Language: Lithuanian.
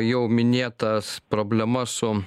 jau minėtas problemas sum